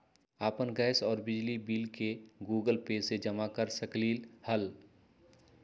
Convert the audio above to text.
अपन गैस और बिजली के बिल गूगल पे से जमा कर सकलीहल?